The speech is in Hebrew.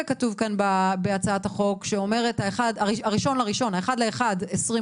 כתוב בהצעת החוק שאומר "1 בינואר 2022",